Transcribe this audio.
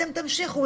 אתם תמשיכו,